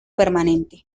permanente